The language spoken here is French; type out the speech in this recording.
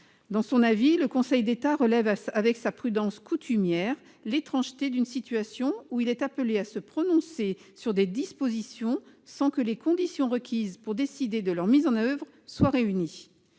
Dans son avis, le Conseil d'État relève avec sa prudence coutumière l'étrangeté d'une situation dans laquelle il est appelé à se prononcer sur des dispositions, sans que les conditions requises pour décider de leur mise en oeuvre soient réunies.